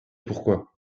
pourquoi